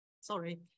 sorry